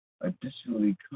Additionally